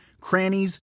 crannies